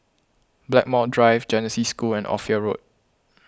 Blackmore Drive Genesis School and Ophir Road